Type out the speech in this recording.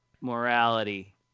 morality